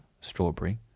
strawberry